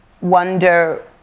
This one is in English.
wonder